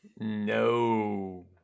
no